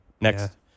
Next